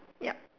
yup